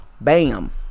Bam